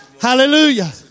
Hallelujah